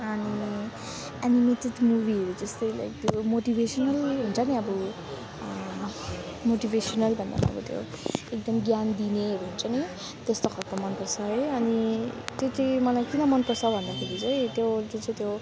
अनि एनिमेटेड मुवीहरू जस्तै लाइक यो मोटिभेसनल हुन्छ नि अब मोटिभेसनल भन्नाले अब त्यो एकदम ज्ञान दिनेहरू हुन्छ नि त्यस्तो खालको मनपर्छ है अनि त्यो चाहिँ मलाई किन मनपर्छ भन्दाखेरि जुन चाहिँ त्यो चाहिँ त्यो